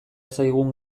zaigun